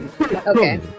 okay